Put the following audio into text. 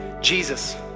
Jesus